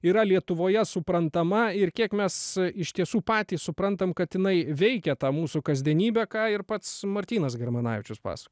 yra lietuvoje suprantama ir kiek mes iš tiesų patys suprantam kad jinai veikia tą mūsų kasdienybę ką ir pats martynas germanavičius pas